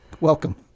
welcome